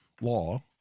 law